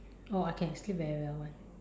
oh I can sleep very well [one]